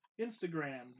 Instagram